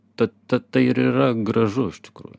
tad tad tai ir yra gražu iš tikrųjų